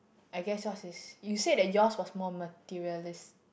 I guess yours is you said that yours was more materialis~